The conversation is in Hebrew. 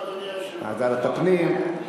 מבקש לוועדת הפנים,